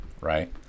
Right